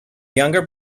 younger